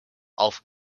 auf